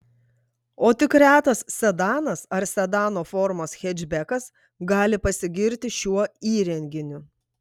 o tik retas sedanas ar sedano formos hečbekas gali pasigirti šiuo įrenginiu